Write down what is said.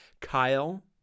Kyle